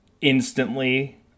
instantly